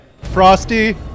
Frosty